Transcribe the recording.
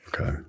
Okay